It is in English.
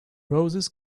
roses